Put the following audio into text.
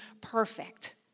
perfect